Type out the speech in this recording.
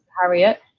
Harriet